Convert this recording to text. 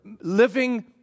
living